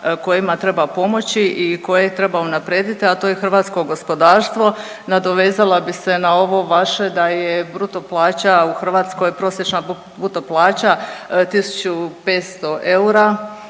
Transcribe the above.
kojima treba pomoći i koje treba unaprijediti, a to je hrvatsko gospodarstvo. Nadovezala bih se na ovo vaše da je bruto plaća u Hrvatskoj prosječna bruto plaća 1500 eura,